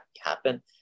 happen